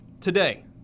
today